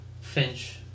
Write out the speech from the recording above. Finch